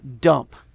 dump